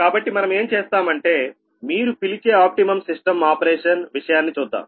కాబట్టి మనము ఏం చేస్తామంటే మీరు పిలిచే ఆప్టిమమ్ సిస్టం ఆపరేషన్ విషయాన్ని చూద్దాం